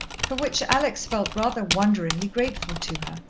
for which alex felt rather wonderingly grateful to her,